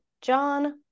John